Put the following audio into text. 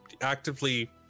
actively